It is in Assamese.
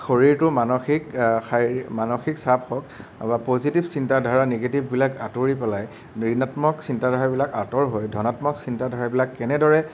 শৰীৰটো মানসিক মানসিক চাপ হওক বা পজিটিভ চিন্তাধাৰা নিগেটিভবিলাক আঁতৰি পেলাই ঋণাত্মক চিন্তাধাৰাবিলাক আঁতৰ হৈ ধনাত্মক চিন্তা ধাৰাবিলাক কেনেদৰে